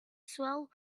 swell